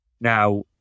Now